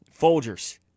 Folgers